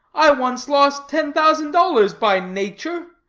i once lost ten thousand dollars by nature.